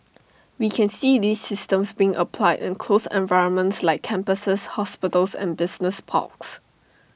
we can see these systems been applied in closed environments like campuses hospitals and business parks